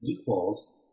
equals